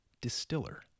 distiller